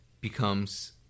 becomes